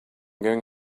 going